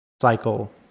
cycle